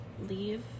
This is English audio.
leave